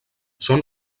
són